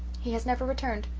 he has never returned.